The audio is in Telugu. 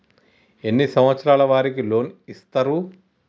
ఎన్ని సంవత్సరాల వారికి లోన్ ఇస్తరు?